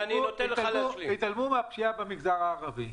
התעלמו מהפשיעה במגזר הערבי.